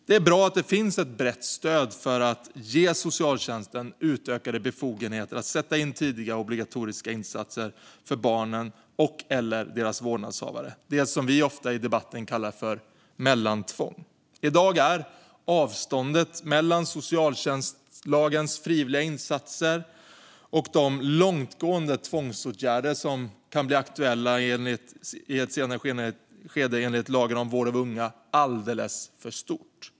Det är bra att det finns ett brett stöd för att ge socialtjänsten utökade befogenheter att sätta in tidiga obligatoriska insatser för barnen och/eller deras vårdnadshavare, det som vi i debatten ofta kallar för mellantvång. I dag är avståndet mellan socialtjänstlagens frivilliga insatser och de långtgående tvångsåtgärder som kan bli aktuella i ett senare skede enligt lagen om vård av unga alldeles för stort.